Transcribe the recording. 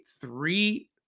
three